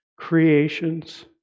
creations